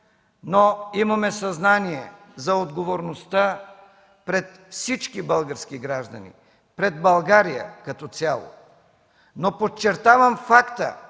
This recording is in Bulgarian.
но имаме съзнание за отговорността пред всички български граждани, пред България като цяло. Подчертавам факта,